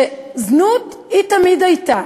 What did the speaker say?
שזנות תמיד הייתה